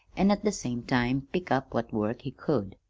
an' at the same time pick up what work he could,